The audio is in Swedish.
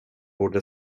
borde